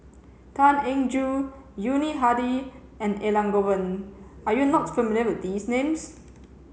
Tan Eng Joo Yuni Hadi and Elangovan are you not familiar with these names